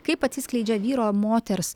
kaip atsiskleidžia vyro moters